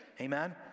Amen